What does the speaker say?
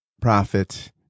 prophet